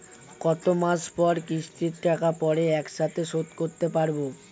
কত মাস পর কিস্তির টাকা পড়ে একসাথে শোধ করতে পারবো?